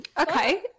Okay